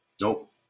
Nope